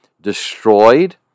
destroyed